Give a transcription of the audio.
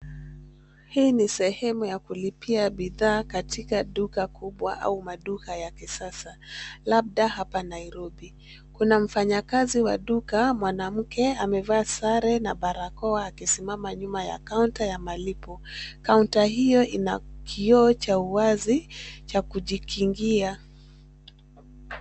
Hii ni sehemu ya kulipia bidhaa katika duka kubwa au maduka ya kisasa labda hapa Nairobi. Kuna mfanyakazi wa duka mwanamke amevaa sare na barakoa akisimama nyuma ya counter ya malipo counter hiyo ina kioo cha uwazi cha kujikingia.